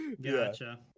Gotcha